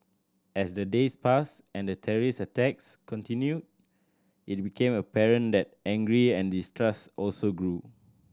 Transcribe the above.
as the days passed and the terrorist attacks continued it became apparent that angry and distrust also grew